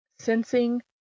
Sensing